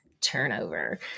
turnover